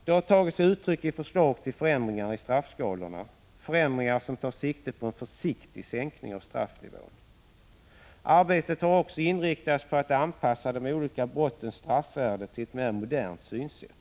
Det har tagit sig uttryck i förslag till förändringar i straffskalorna, förändringar som tar sikte på en försiktig sänkning av straffnivån. Arbetet har också inriktats på att anpassa de olika brottens straffvärde till ett mer modernt synsätt.